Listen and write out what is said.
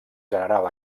general